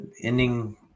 ending